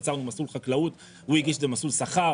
יצרנו מסלול חקלאות והוא הגיש במסלול שכר.